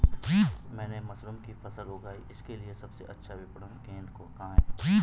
मैंने मशरूम की फसल उगाई इसके लिये सबसे अच्छा विपणन केंद्र कहाँ है?